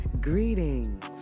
Greetings